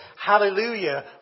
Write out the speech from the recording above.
Hallelujah